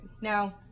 Now